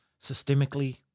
systemically